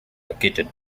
located